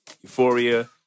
Euphoria